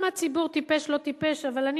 הציבור לא כל כך טיפש כמו שחושבים.